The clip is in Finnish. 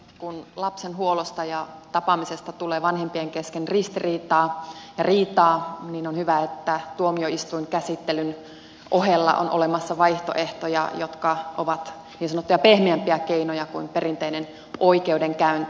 kun lapsen huollosta ja tapaamisesta tulee vanhempien kesken ristiriitaa ja riitaa niin on hyvä että tuomioistuinkäsittelyn ohella on olemassa vaihtoehtoja jotka ovat niin sanottuja pehmeämpiä keinoja kuin perinteinen oikeudenkäynti